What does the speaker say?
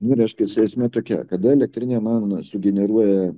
vyriškis esmė tokia kad elektrinė mano sugeneruoja